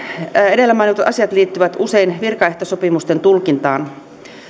edellä mainitut asiat liittyvät usein virkaehtosopimusten tulkintaan